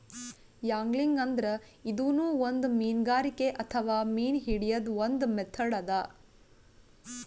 angling ಅಂದ್ರ ಇದೂನು ಒಂದ್ ಮೀನ್ಗಾರಿಕೆ ಅಥವಾ ಮೀನ್ ಹಿಡ್ಯದ್ದ್ ಒಂದ್ ಮೆಥಡ್ ಅದಾ